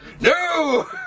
No